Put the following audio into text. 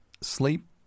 sleep